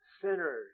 sinners